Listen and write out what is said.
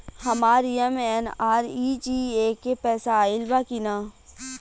हमार एम.एन.आर.ई.जी.ए के पैसा आइल बा कि ना?